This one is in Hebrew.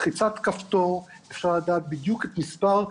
בלחיצת כפתור אפשר לדעת בדיוק כל מספר.